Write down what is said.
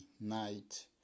night